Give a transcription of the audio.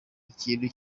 ikintu